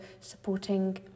supporting